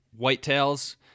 whitetails